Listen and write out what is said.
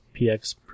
PX